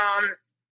moms